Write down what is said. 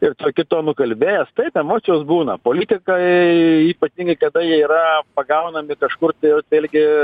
ir tokiu tonu kalbėjęs taip emocijos būna politikai ypatingai kada jie yra pagaunami kažkur tai vat vėlgi